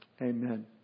Amen